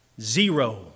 zero